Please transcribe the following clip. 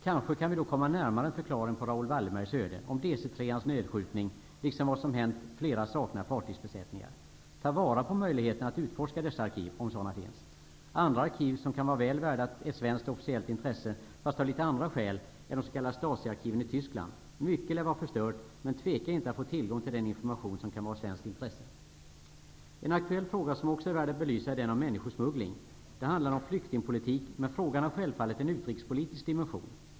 Kanske kan vi då komma närmare en förklaring på Raoul Wallenbergs öde, om DC 3-ans nedskjutning liksom vad som hänt flera saknade fartygsbesättningar. Tag vara på möjligheterna att utforska dessa arkiv, om det finns sådana! Andra arkiv som kan vara väl värda ett svenskt officiellt intresse -- fast av litet andra skäl -- är de s.k. Stasiarkiven i Tyskland. Mycket lär vara förstört men tveka inte att försöka att få tillgång till den information som kan vara av svenskt intresse. En aktuell fråga som också är värd att belysa är den om människosmuggling. Det handlar om flyktingpolitik, men frågan har självfallet en utrikespolitisk dimension.